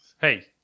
Hey